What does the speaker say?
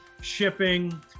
shipping